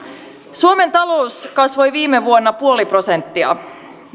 suomen talous kasvoi viime vuonna puoli prosenttia